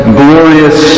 glorious